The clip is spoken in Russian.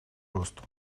росту